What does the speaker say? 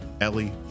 Ellie